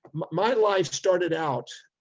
my life started out.